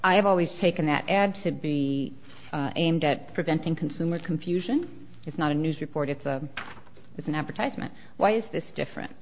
have always taken that ad to be aimed at preventing consumers confusion is not a news report it's a it's an advertisement why is this different